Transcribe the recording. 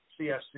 CSC